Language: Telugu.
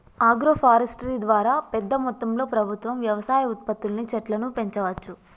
ఆగ్రో ఫారెస్ట్రీ ద్వారా పెద్ద మొత్తంలో ప్రభుత్వం వ్యవసాయ ఉత్పత్తుల్ని చెట్లను పెంచవచ్చు